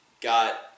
got